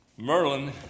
Merlin